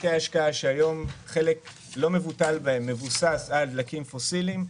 מתיקי השקעה שהיום חלק לא מבוטל בהם מבוסס על דלקים פוסיליים.